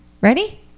Ready